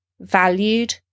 valued